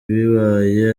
bibaye